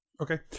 Okay